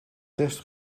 test